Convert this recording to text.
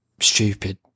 stupid